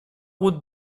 route